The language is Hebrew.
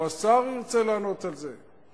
או השר ירצה לענות על זה.